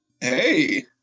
Hey